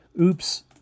oops